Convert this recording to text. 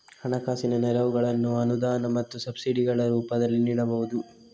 ಹಣಕಾಸಿನ ನೆರವುಗಳನ್ನು ಅನುದಾನ ಮತ್ತು ಸಬ್ಸಿಡಿಗಳ ರೂಪದಲ್ಲಿ ನೀಡಬಹುದು